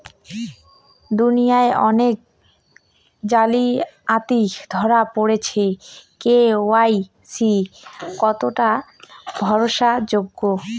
দুনিয়ায় অনেক জালিয়াতি ধরা পরেছে কে.ওয়াই.সি কতোটা ভরসা যোগ্য?